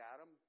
Adam